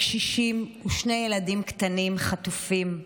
קשישים ושני ילדים קטנים חטופים,